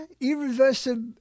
Irreversible